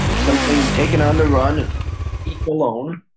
something taken on the run and eaten alone.